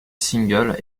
single